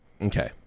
Okay